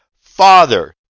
father